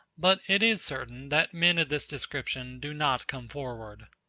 but it is certain that men of this description do not come forward.